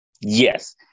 Yes